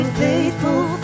faithful